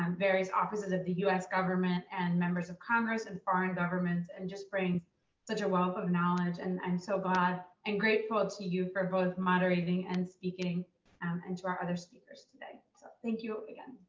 um various offices of the us government and members of congress and foreign governments, and just brings such a wealth of knowledge. and i'm so glad and grateful to you for both moderating and speaking and to our other speakers today. so thank you again.